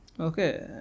Okay